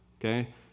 Okay